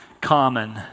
common